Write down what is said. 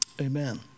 Amen